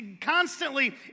constantly